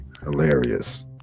hilarious